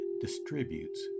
distributes